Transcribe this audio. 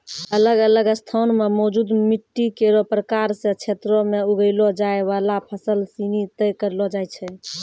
अलग अलग स्थान म मौजूद मिट्टी केरो प्रकार सें क्षेत्रो में उगैलो जाय वाला फसल सिनी तय करलो जाय छै